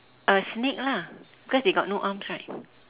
uh snake lah because they got no arms right